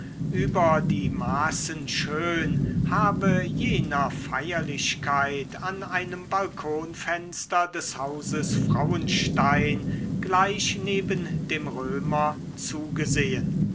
über die maßen schön habe jener feierlichkeit an einem balkonfenster des hauses frauenstein gleich neben dem römer zugesehen